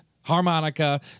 harmonica